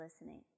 listening